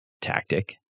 tactic